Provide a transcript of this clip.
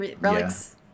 Relics